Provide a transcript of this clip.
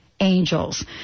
angels